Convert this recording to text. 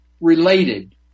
related